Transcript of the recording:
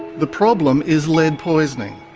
the problem is lead poisoning.